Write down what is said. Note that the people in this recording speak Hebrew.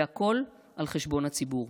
והכול על חשבון הציבור.